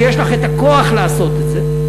ויש לך את הכוח לעשות את זה,